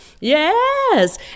Yes